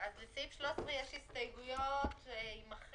אז לסעיף 13 יש הסתייגויות יימחק.